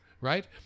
right